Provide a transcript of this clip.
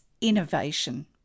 innovation